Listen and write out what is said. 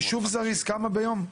חישוב זריז, כמה ביום?